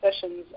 sessions